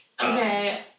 Okay